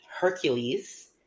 Hercules